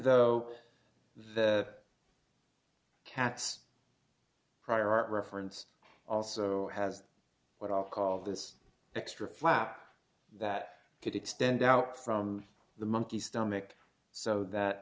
though the cat's prior art reference also has what i'll call this extra flap that could extend out from the monkey's stomach so that